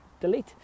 delete